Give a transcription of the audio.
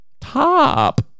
Top